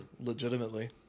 Legitimately